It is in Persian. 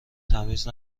تمیز